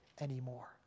anymore